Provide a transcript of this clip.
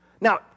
Now